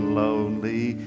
lonely